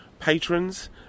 patrons